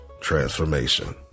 transformation